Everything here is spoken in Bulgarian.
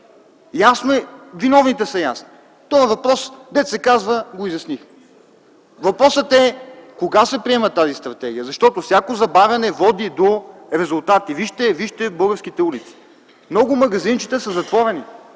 Виновните са ясни. Този въпрос, дето се казва, го изяснихме. Въпросът е кога се приема тази стратегия. Защото всяко забавяне води до резултати. Вижте българските улици. Много магазинчета са затворени.